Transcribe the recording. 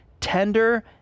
tender